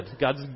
God's